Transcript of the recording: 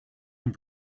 and